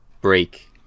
break